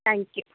thank you